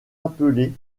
appelés